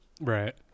Right